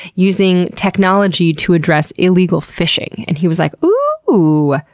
using technology to address illegal fishing and he was like, ooooooh!